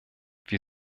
wir